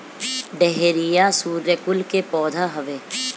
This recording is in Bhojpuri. डहेलिया सूर्यकुल के पौधा हवे